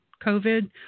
COVID